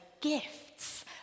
gifts